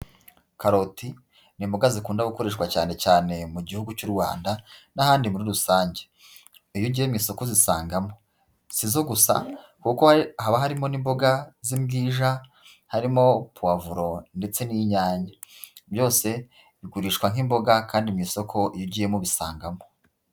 Karoti ni imboga zikunda gukoreshwa cyane cyane mu gihugu cy'u Rwanda n'ahandi muri rusange. Iyo ugiye mu isoko uzisangamo, si izo gusa, kuko haba harimo n'imboga z'imbwija, harimo puwavuro ndetse n'inyanya, byose bigurishwa nk'imboga kandi mu isoko iyo ugiyemo ubisangamo.